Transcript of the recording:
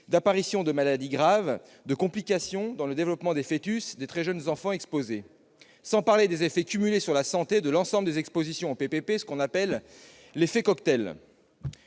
d'apparition de maladies graves, de complications dans le développement des foetus et des très jeunes enfants exposés, sans parler des effets cumulés sur la santé de l'ensemble des expositions aux PPP, qu'on appelle « effet cocktail